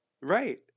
Right